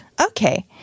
Okay